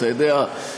אתה יודע,